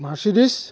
Mercedes